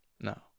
no